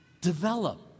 develop